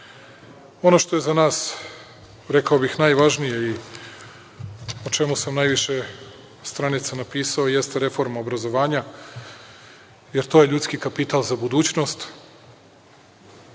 što je za nas, rekao bih, najvažnije i o čemu sam najviše stranica napisao jeste reforma obrazovanja, jer to je ljudski kapital za budućnost,